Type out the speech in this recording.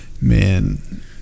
Man